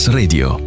Radio